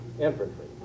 infantry